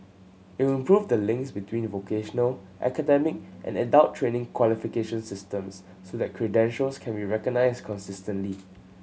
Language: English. it will improve the links between vocational academic and adult training qualification systems so that credentials can be recognised consistently